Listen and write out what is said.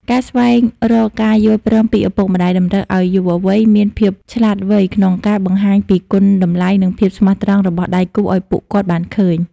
ការស្វែងរកការយល់ព្រមពីឪពុកម្ដាយ តម្រូវឱ្យយុវវ័យមានភាពឆ្លាតវៃក្នុងការបង្ហាញពីគុណតម្លៃ និងភាពស្មោះត្រង់របស់ដៃគូឱ្យពួកគាត់បានឃើញ។